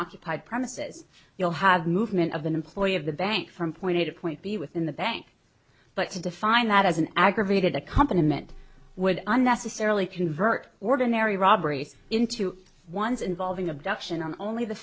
occupied premises you'll have movement of an employee of the bank from point a to point b within the bank but to define that as an aggravated a company meant would unnecessarily convert ordinary robberies into ones involving abduction only the